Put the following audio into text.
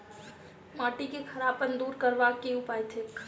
माटि केँ खड़ापन दूर करबाक की उपाय थिक?